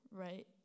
right